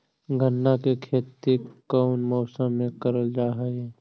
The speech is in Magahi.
गन्ना के खेती कोउन मौसम मे करल जा हई?